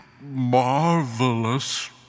marvelous